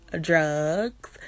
drugs